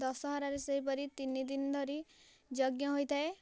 ଦଶହରା ବି ସେହିପରି ତିନିଦିନ ଧରି ଯଜ୍ଞ ହୋଇଥାଏ